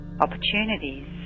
opportunities